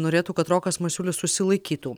norėtų kad rokas masiulis susilaikytų